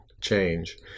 change